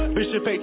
Bishop